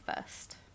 first